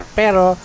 pero